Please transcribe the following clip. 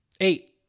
Eight